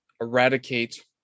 eradicate